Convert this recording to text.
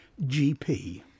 GP